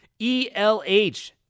ELH